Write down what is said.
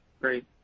Great